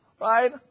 right